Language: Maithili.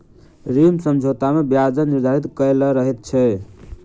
ऋण समझौता मे ब्याज दर निर्धारित कयल रहैत छै